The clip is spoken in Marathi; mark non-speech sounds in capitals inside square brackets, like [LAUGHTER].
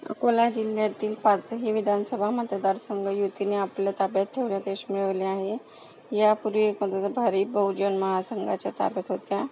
अकोला जिल्ह्यातील पाचही विधानसभा मतदार संघ युतीने आपल्या ताब्यात ठेवण्यात यश मिळवले आहे यापूर्वी [UNINTELLIGIBLE] भारिप बहुजन महासंघाच्या ताब्यात होत्या